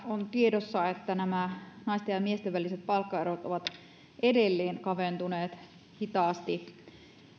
on tiedossa että nämä naisten ja miesten väliset palkkaerot ovat edelleen kaventuneet hitaasti